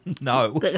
No